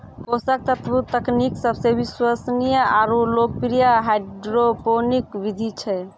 पोषक तत्व तकनीक सबसे विश्वसनीय आरु लोकप्रिय हाइड्रोपोनिक विधि छै